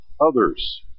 others